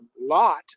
lot